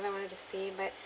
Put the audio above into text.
I wanted to say but